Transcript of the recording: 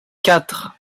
quatre